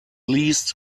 least